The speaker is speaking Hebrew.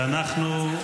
ואנחנו,